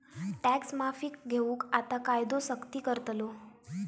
tax माफीक घेऊन आता कायदो सख्ती करतलो